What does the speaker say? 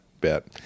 bit